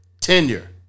tenure